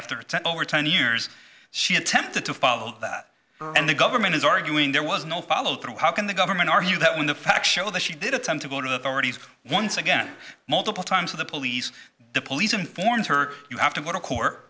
after ten or ten years she attempted to follow that and the government is arguing there was no follow through how can the government argue that when the facts show that she did a time to go to already once again multiple times to the police depletes informs her you have to go to court